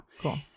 cool